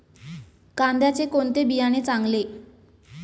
कांद्याचे कोणते बियाणे चांगले?